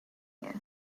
you